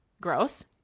gross